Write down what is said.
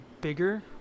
bigger